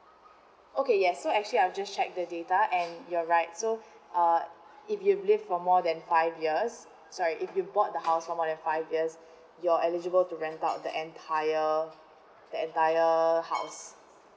okay yes so actually I'm just check the data and you're right so uh if you live for more than five years so uh if you bought the house for more than five years you're eligible to rent out the entire the entire house